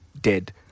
dead